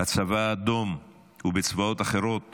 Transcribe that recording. הצבא האדום ובצבאות אחרים